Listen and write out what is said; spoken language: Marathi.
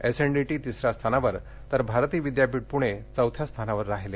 एस एन डी टी तिसऱ्या स्थानावर तर भारती विद्यापीठ पुणे चौथ्या स्थानावर राहिले